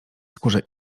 skórze